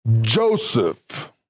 Joseph